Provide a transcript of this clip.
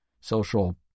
social